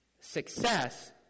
Success